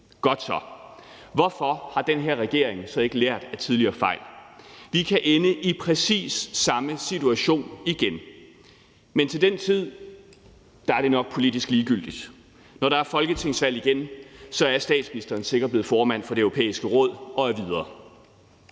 Godt så. Hvorfor har den her regering så ikke lært af tidligere fejl? Vi kan ende i præcis samme situation igen, men til den tid er det nok politisk ligegyldigt. Når der er folketingsvalg igen, er statsministeren sikkert blevet formand for Det Europæiske Råd og er videre.